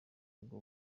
ubwo